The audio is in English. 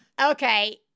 Okay